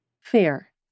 Fear